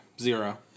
Zero